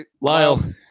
Lyle